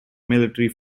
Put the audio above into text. military